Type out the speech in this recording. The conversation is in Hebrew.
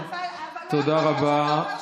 לא, לא, אבל לא יכול להיות שאתה אומר, תודה רבה.